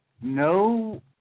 No